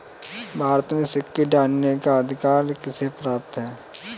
भारत में सिक्के ढालने का अधिकार किसे प्राप्त है?